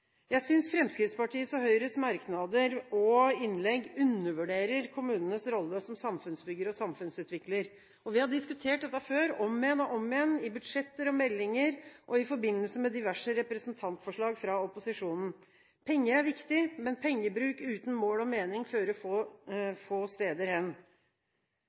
Jeg synes Fremskrittspartiets og Høyres merknader og innlegg undervurderer kommunenes rolle som samfunnsbygger og samfunnsutvikler. Vi har diskutert dette før, om igjen og om igjen, i forbindelse med budsjetter og meldinger og i forbindelse med diverse representantforslag fra opposisjonen. Penger er viktig, men pengebruk uten mål og mening fører få steder hen.